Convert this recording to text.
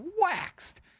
waxed